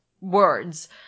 words